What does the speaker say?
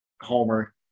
Homer